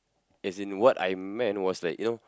as in what I meant was that you know